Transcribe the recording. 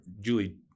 Julie